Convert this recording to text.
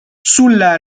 sulla